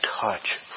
touch